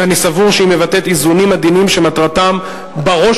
ואני סבור שהיא מבטאת איזונים עדינים שמטרתם בראש